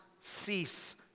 cease